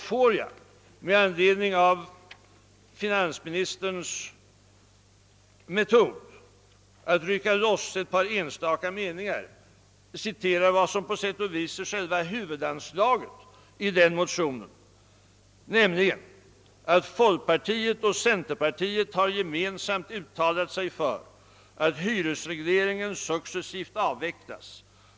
Får jag med anledning av finansministerns metod att rycka loss ett par enstaka meningar citera vad som på sätt och vis är själva anslaget i motionen, nämligen detta: »Folkpartiet och centerpartiet har gemensamt uttalat sig för att hyresregleringen successivt avvecklas.